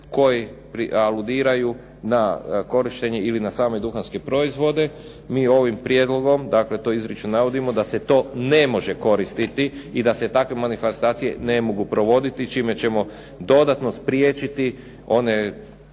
koji aludiraju na korištenje ili na same duhanske proizvode, mi ovim prijedlogom, dakle to izričito navodimo da se to ne može koristiti i da se takve manifestacije ne mogu provoditi, čime ćemo dodatno spriječiti one